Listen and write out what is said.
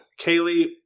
Kaylee